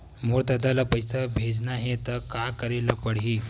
मोर ददा ल पईसा भेजना हे त का करे ल पड़हि?